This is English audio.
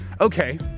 Okay